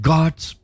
God's